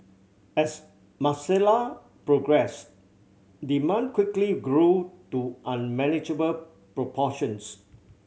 as Marcella progressed demand quickly grew to unmanageable proportions